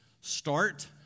start